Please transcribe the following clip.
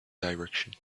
direction